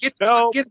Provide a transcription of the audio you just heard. no